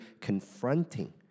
confronting